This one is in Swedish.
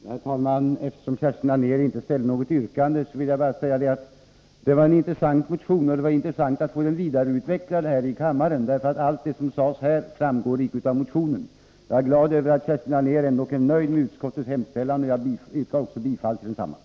Herr talman! Eftersom Kerstin Anér inte ställde något yrkande vill jag bara säga att det var en intressant motion och att det var intressant att få den vidareutvecklad här i kammaren; allt det som sades här framgår icke av motionen. Jag är glad över att Kerstin Anér ändå är nöjd med utskottets hemställan, och jag yrkar bifall till den.